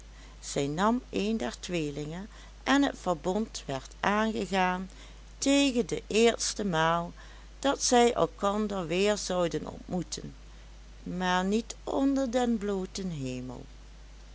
zij nam een der tweelingen en het verbond werd aangegaan tegen de eerste maal dat zij elkander weer zouden ontmoeten maar niet onder den blooten hemel